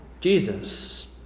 Jesus